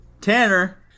Tanner